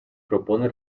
propone